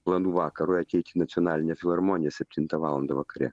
planų vakarui ateit į nacionalinę filharmoniją septintą valandą vakare